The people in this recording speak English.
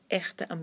echte